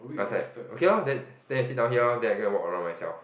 I was like okay lor then then you sit down here lor then I go and walk around myself